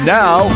now